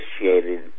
initiated